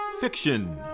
fiction